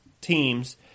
teams